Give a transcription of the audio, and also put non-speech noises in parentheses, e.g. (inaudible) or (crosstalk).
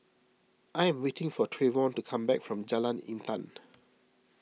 I am waiting for Trayvon to come back from Jalan Intan (unintelligible)